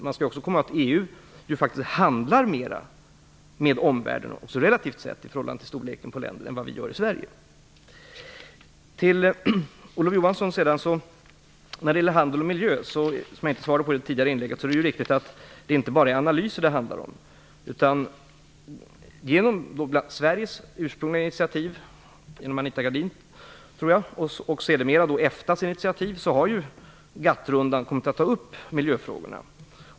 Vi måste också komma ihåg att EU faktiskt relativt sett, i förhållande till ländernas storlek, handlar mer med omvärlden än vad vi gör i Jag svarade i mitt tidigare inlägg inte på Olof Johanssons fråga om handeln och miljön. Det är riktigt att det inte bara är analyser det handlar om, utan genom Sveriges ursprungliga initiativ - genom Anita Gradin, tror jag - och sedemera genom EFTA:s initiativ har GATT-rundan kommit att ta upp miljöfrågorna.